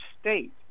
state